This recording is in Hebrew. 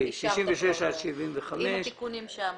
מתן זמן לתיקון ההפרה.